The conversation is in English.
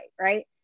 right